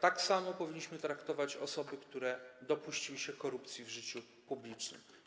tak samo powinniśmy traktować osoby, które dopuściły się korupcji w życiu publicznym.